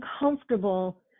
uncomfortable